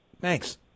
Thanks